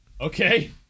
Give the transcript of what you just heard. okay